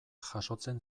jasotzen